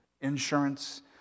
insurance